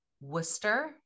Worcester